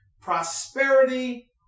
prosperity